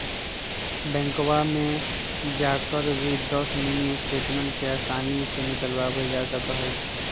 बैंकवा में जाकर भी दस मिनी स्टेटमेंट के आसानी से निकलवावल जा सका हई